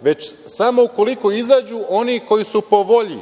već samo ukoliko izađu oni koji su po volji